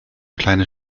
kleine